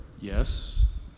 Yes